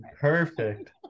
perfect